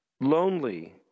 lonely